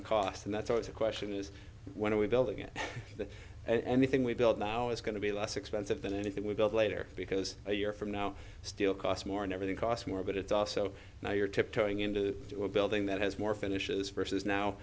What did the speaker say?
to cost and that's all it's a question is when are we building it and the thing we build now is going to be less expensive than anything we build later because a year from now still costs more and everything costs more but it's also now your tiptoeing into the building that has more finishes versus now